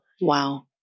Wow